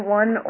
one